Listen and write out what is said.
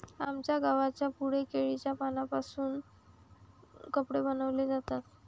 आमच्या गावाच्या पुढे केळीच्या पानांपासून कपडे बनवले जातात